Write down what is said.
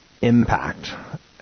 impact